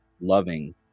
loving